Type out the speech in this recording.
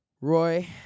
Roy